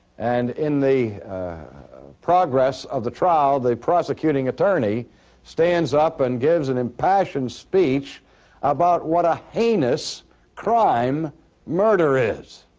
and in the progress of the trial the prosecuting attorney stands up and gives an impassioned speech about what a heinous crime murder is,